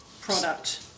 product